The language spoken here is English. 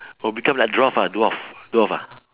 oh become like dwarf ah dwarf dwarf ah